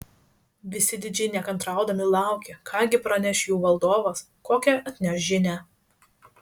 visi didžiai nekantraudami laukė ką gi praneš jų valdovas kokią atneš žinią